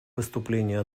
выступления